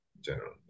general